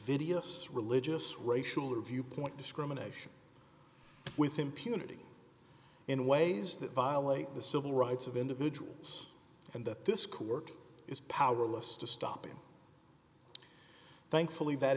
invidious religious racial or viewpoint discrimination with impunity in ways that violate the civil rights of individuals and that this coworker is powerless to stop him thankfully that